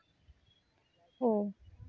ᱳ